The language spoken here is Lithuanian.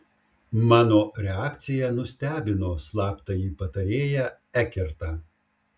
mano reakcija nustebino slaptąjį patarėją ekertą